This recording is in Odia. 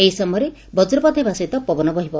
ଏହି ସମୟରେ ବକ୍ରପାତ ହେବା ସହିତ ପବନ ବହିବ